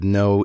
no